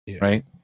Right